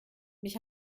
mich